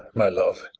my love,